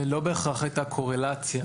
לא בהכרח הייתה קורלציה